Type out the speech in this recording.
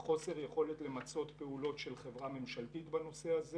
חוסר יכולת למצות פעולות של חברה ממשלתית בנושא הזה